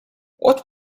what